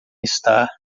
estar